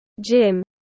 Jim